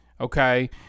okay